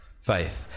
faith